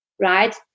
right